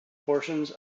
portions